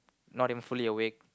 not even fully awake